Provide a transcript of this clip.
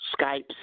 Skypes